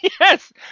Yes